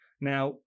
Now